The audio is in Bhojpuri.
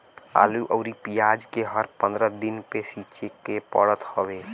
आलू अउरी पियाज के हर पंद्रह दिन पे सींचे के पड़त हवे